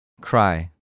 Cry